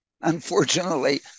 Unfortunately